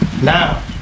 Now